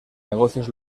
negocios